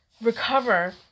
recover